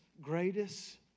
greatest